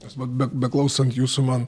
tas man be beklausant jūsų man